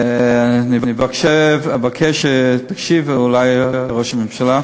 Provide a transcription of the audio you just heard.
אני אבקש שתקשיב, אולי, ראש הממשלה.